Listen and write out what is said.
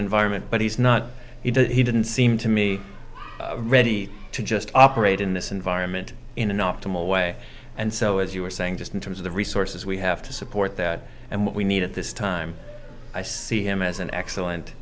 environment but he's not he didn't seem to me ready to just operate in this environment in an optimal way and so as you were saying just in terms of the resources we have to support that and what we need at this time i see him as an excellent